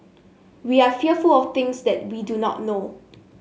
we are fearful of things that we do not know